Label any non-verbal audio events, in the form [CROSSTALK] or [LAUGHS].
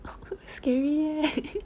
[LAUGHS] scary right [LAUGHS]